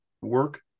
work